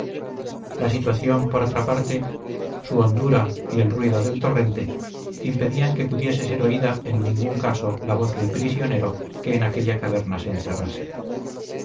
la situación por otra parte su hondura y el ruido del torrente impedían que pudiese ser oída en ningún caso la voz del prisionero que en aquella caverna se encerrase